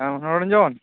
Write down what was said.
ᱦᱮᱸ ᱢᱚᱱᱚᱨᱚᱧᱡᱚᱱ